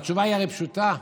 התשובה הרי פשוטה: